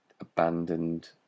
abandoned